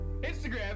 Instagram